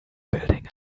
building